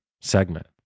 segment